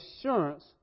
assurance